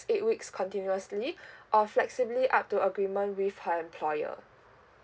eight weeks continuously or flexibly up to agreement with her employer